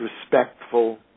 respectful